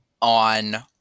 on –